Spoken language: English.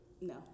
No